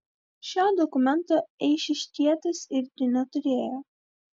šio dokumento eišiškietis irgi neturėjo